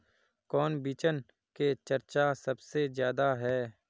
कौन बिचन के चर्चा सबसे ज्यादा है?